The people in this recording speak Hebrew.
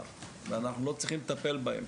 ואנחנו לא צריכים לטפל בהם,